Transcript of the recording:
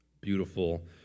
beautiful